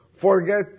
Forget